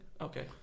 Okay